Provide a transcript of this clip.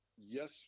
Yes